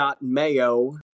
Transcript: Mayo